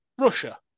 Russia